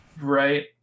Right